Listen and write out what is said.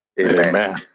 Amen